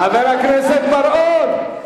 חבר הכנסת בר-און.